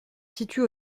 situe